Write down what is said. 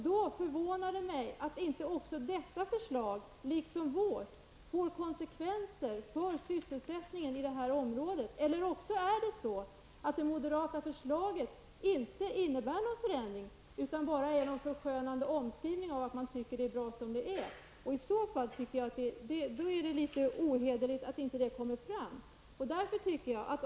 Då förvånar det mig att inte även detta förslag, liksom vårt, får konsekvenser för sysselsättningen i detta område. Eller också innebär inte det moderata förslaget någon förändring, utan bara en förskönande omskrivning av att man tycker att allt är bra som det är. I så fall är det ohederligt att inte detta kommer fram.